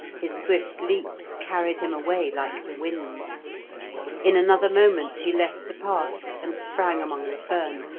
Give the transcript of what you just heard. his swift leaps carried him away like the wind in another moment he left the path and sprang among the fern,